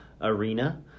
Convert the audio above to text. arena